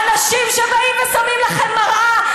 ואנשים שבאים ושמים לכם מראה,